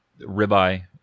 ribeye